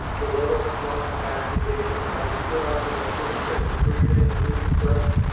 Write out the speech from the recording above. woloda flung back the apron, and i stood up in the britchka to drink in the new, fresh,